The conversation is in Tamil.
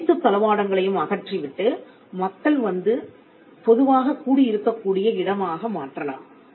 அனைத்துத் தளவாடங்களையும் அகற்றிவிட்டு மக்கள் வந்து அதிகமாக மக்கள் வந்து பொதுவாக கூடி இருக்கக்கூடிய இடமாக மாற்றலாம்